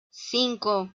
cinco